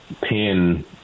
pin